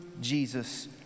Jesus